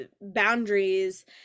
boundaries